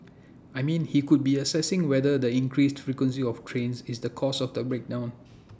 I mean he could be assessing whether the increased frequency of trains is the cause of the break down